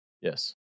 Yes